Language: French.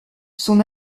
son